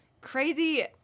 crazy